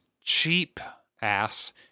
cheap-ass